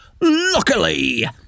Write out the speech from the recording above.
Luckily